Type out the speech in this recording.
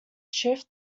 shift